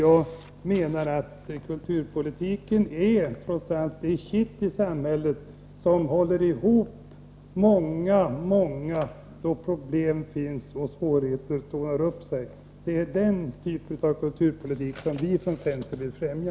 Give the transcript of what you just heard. Jag anser att kulturpolitiken trots allt är det kitt i samhället som verkar sammanhållande då problem och svårigheter tornar upp sig. Det är den typen av kulturpolitik som vi från centern vill främja.